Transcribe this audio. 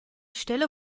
stelle